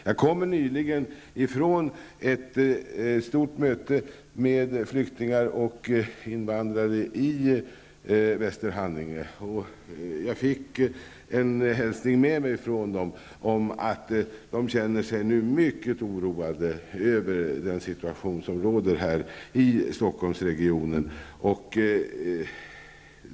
Jag kommer nyligen från ett stort möte med flyktingar och invandrare i Västerhaninge. Jag fick en hälsning med mig från dem om att de nu känner sig mycket oroade över den situation som råder i Stockholmsregionen.